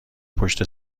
پشت